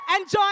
Enjoy